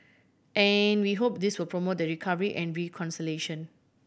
and we hope this will promote the recovery and reconciliation